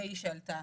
ה' שעלתה,